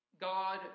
God